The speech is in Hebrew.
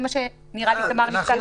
נראה לי שזה מה שתמר ניסתה להגיד.